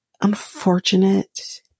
unfortunate